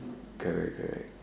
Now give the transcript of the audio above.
correct correct